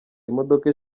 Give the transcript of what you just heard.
imodoka